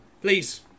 please